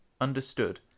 understood